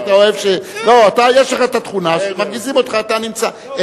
יש לך התכונה שכשמרגיזים אותך אתה נמצא.